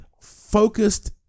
focused